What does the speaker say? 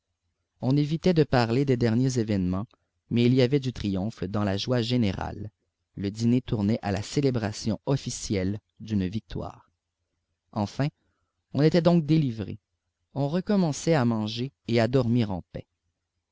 on évitait de parler des derniers événements mais il y avait du triomphe dans la joie générale le dîner tournait à la célébration officielle d'une victoire enfin on était donc délivré on recommençait à manger et à dormir en paix